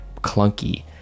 clunky